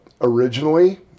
Originally